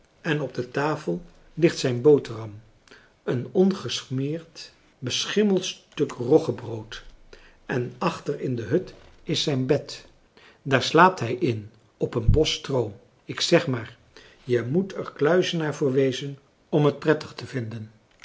en op de tafel ligt zijn boterham een ongesmeerd beschimmeld stuk roggefrançois haverschmidt familie en kennissen brood en achter in de hut is zijn bed daar slaapt hij in op een bos stroo ik zeg maar je moet er kluizenaar voor wezen om het prettig te vinden